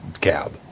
cab